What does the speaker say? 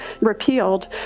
repealed